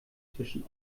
zwischen